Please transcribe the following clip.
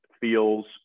feels